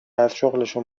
ازشغلشون